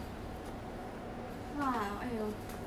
orh what's that called ah